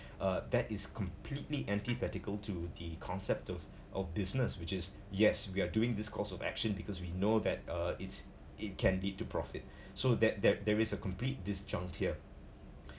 uh that is completely antithetical to the concept of of business which is yes we are doing this course of action because we know that uh it's it can lead to profit so that there there is a complete disjunct here